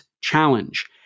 challenge